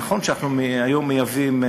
נכון שאנחנו היום מייבאים,